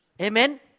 Amen